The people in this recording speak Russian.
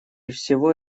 всего